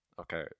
okay